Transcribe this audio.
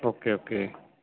okay okay